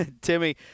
Timmy